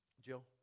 Jill